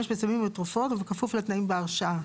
ולהשתמש בסמים ובתרופות, ובכפוף לתנאים בהרשאה.